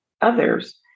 others